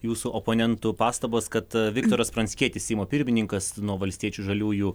jūsų oponentų pastabos kad viktoras pranckietis seimo pirmininkas nuo valstiečių žaliųjų